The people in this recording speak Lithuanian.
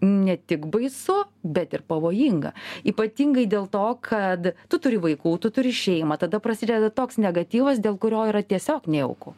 ne tik baisu bet ir pavojinga ypatingai dėl to kad tu turi vaikų tu turi šeimą tada prasideda toks negatyvas dėl kurio yra tiesiog nejauku